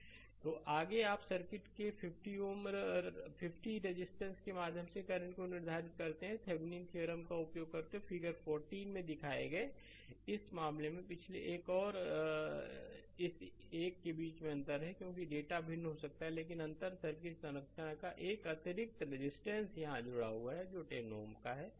slide समय देखें 2707 तो आगे आप सर्किट के 50 Ω रेसिस्टर के माध्यम से करंट को निर्धारित करते हैं थेविनीन थ्योरमका उपयोग करते हुए फिगर 40 में दिखाया गया है इस मामले में पिछले एक और इस एक के बीच अंतर है कि यहां डेटा भिन्न हो सकता है लेकिन अंतर में सर्किट की संरचना एक अतिरिक्त रेजिस्टेंस यहां जुड़ा हुआ है जो 10 Ω है